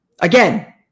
again